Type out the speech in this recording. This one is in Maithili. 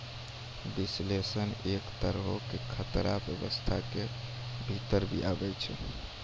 विश्लेषण एक तरहो से खतरा व्यवस्था के भीतर भी आबै छै